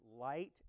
light